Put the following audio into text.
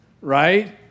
right